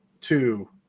two